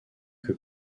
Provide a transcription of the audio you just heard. que